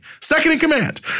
Second-in-command